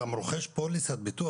גם רוכש פוליסת ביטוח